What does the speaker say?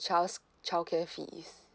child's child care fees